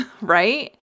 right